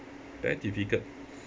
very difficult